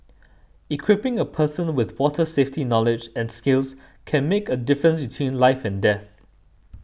equipping a person with water safety knowledge and skills can make a difference between life and death